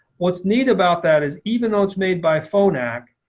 what's neat about that is even though it's made by phonak,